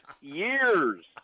years